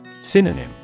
Synonym